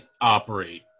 operate